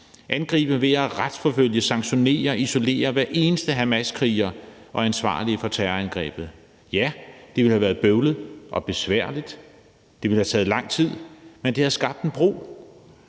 angribe ved at retsforfølge, sanktionere og isolere hver eneste hamaskriger og ansvarlige for terrorangrebet. Det ville have været bøvlet og besværligt – ja. Det ville have taget lang tid, men det havde skabt en bro